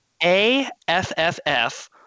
AFFF